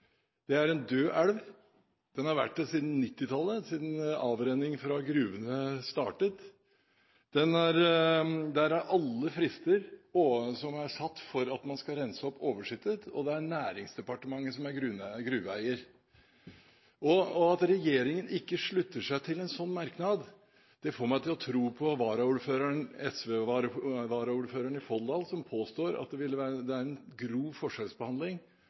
Det er en død elv. Den har vært det siden 1990-tallet, siden avrenning fra gruvene startet. Alle frister som er satt for at man skal rense opp, er oversittet, og det er Næringsdepartementet som er gruveeier. At regjeringen ikke slutter seg til en sånn merknad, får meg til å tro på SV-varaordføreren i Folldal, som påstår at det er en grov forskjellsbehandling